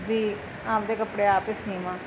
ਵੀ ਆਪਦੇ ਕੱਪੜੇ ਆਪ ਹੀ ਸੀਵਾਂ